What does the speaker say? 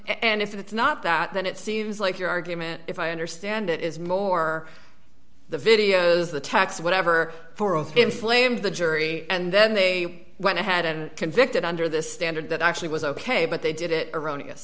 and if it's not that then it seems like your argument if i understand it is more the videos the text whatever inflame the jury and then they went ahead and convicted under the standard that actually was ok but they did it erroneous